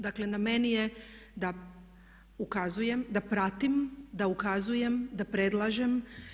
Dakle na meni je da ukazujem, da pratim, da ukazujem, da predlažem.